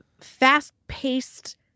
fast-paced